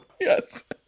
Yes